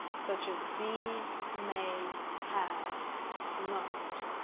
such as b may have or must.